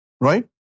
Right